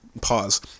pause